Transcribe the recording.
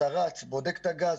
אתה בודק את הגז,